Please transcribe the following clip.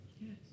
Yes